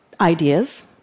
ideas